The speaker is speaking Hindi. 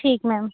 ठीक म्याम